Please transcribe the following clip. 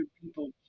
people